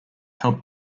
helped